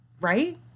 right